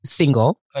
single